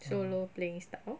solo playing style